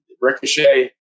Ricochet